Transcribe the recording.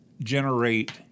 generate